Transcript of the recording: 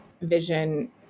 vision